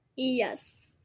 Yes